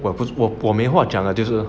我不我不我没话讲 ah 就是